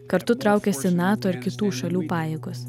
kartu traukiasi nato ir kitų šalių pajėgos